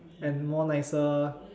and more nicer